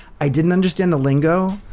i didn't understand the lingo,